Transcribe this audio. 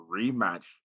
rematch